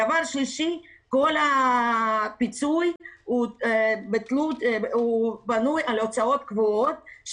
דבר שלישי, כל הפיצוי בנוי על הוצאות קבועות.